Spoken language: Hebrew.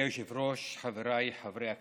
אדוני היושב-ראש, חבריי חברי הכנסת,